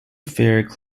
affairs